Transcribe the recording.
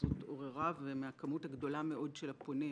הזאת עוררה ומהכמות הגדולה מאוד של הפונים,